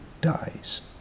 dies